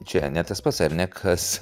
čia ne tas pats ar ne kas